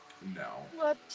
No